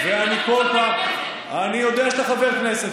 אני יודע שאתה חבר כנסת,